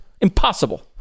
Impossible